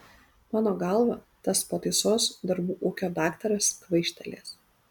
mano galva tas pataisos darbų ūkio daktaras kvaištelėjęs